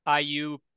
iu